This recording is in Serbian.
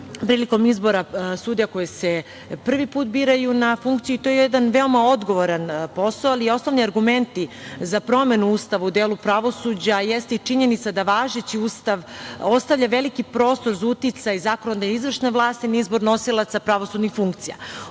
prilikom izbora sudija koji se prvi put biraju na funkciju, to je jedan odgovoran posao. Osnovni argumenti za promenu Ustava u delu pravosuđa jeste i činjenica da važeći Ustav ostavlja veliki prostor za uticaj zakonodavne i izvršne vlasti na izbor nosilaca pravosudnih funkcija. Ovaj